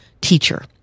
teacher